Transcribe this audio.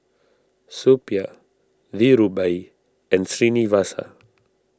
Suppiah Dhirubhai and Srinivasa